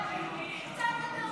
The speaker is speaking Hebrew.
יותר, עוד מעט תהיה ויראלי.